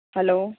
hello